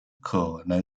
可能